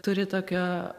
turi tokio